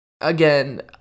again